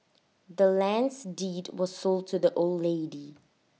the land's deed was sold to the old lady